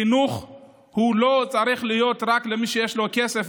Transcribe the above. חינוך לא צריך להיות רק למי שיש לו כסף,